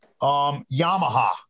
Yamaha